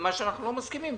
ומה שאנחנו לא מסכימים,